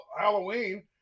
Halloween